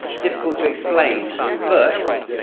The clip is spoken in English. difficult to explain but.